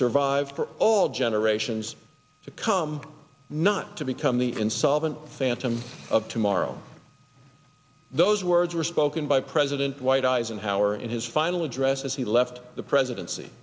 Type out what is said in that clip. survive for all generations to come not to become the insolvent phantom of tomorrow those words were spoken by president white eisenhower in his final address as he left the presidency